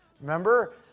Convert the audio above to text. Remember